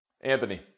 Anthony